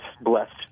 blessed